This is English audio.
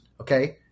Okay